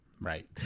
Right